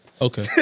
Okay